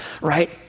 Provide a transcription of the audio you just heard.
right